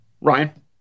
Ryan